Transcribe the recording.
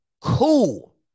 cool